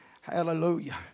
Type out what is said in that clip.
Hallelujah